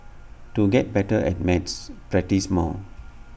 to get better at maths practise more